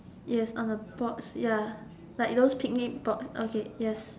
yes on a box ya like those picnic box okay yes